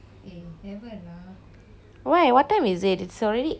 why what time is it it's already eight going to be nine